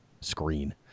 screen